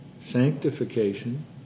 sanctification